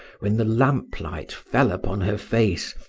when the lamplight fell upon her face,